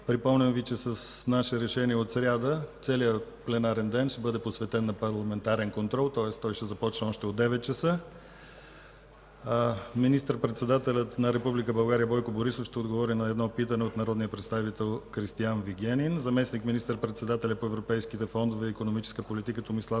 Припомням Ви, че с наше решение от сряда целият парламентарен ден ще бъде посветен на парламентарен контрол, който ще започне от 9,00 часа. Министър-председателят на Република България Бойко Борисов ще отговори на едно питане от народния представител Кристиан Вигенин. Заместник министър-председателят по европейските фондове и икономическата политика Томислав